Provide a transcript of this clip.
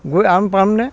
গৈ আৰাম পামনে